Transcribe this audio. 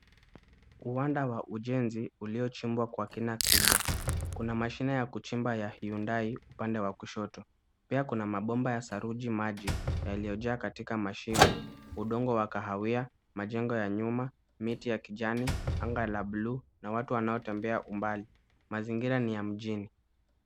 Uwanda wa ujenzi uliochimbwa kwa kina kubwa. Kuna mashine ya kuchimba ya Hyundai upande wa kushoto. Pia kuna mabomba ya saruji maji yaliyojaa katika mashimo. Udongo wa kahawia, majengo ya nyuma, miti ya kijani, anga la buluu na watu wanaotembea umbali. Mazingira ni ya mjini.